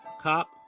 cop